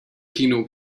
kino